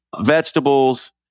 vegetables